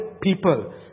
people